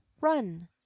run